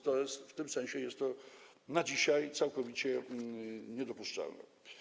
To jest w tym sensie na dzisiaj całkowicie niedopuszczalne.